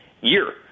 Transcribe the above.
year